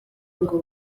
ngo